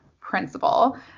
principle